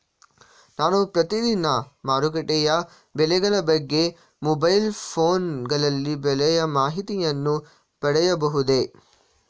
ನಾನು ಪ್ರತಿದಿನ ಮಾರುಕಟ್ಟೆಯ ಬೆಲೆಗಳ ಬಗ್ಗೆ ಮೊಬೈಲ್ ಫೋನ್ ಗಳಲ್ಲಿ ಬೆಲೆಯ ಮಾಹಿತಿಯನ್ನು ಪಡೆಯಬಹುದೇ?